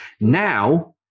Now